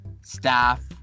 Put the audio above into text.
staff